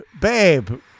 babe